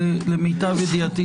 למיטב ידיעתי,